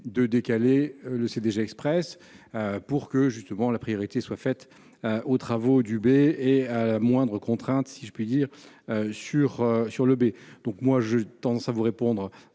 de décaler le CDG Express pour que justement la priorité soit faite aux travaux du Uber et moindre contrainte si je puis dire sur sur le B, donc moi j'ai tendance à vous répondre